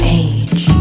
age